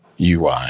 UI